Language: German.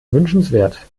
wünschenswert